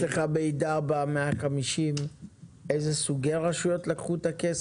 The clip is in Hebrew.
לך מידע ב-150 איזה סוגי רשויות לקחו את הכסף?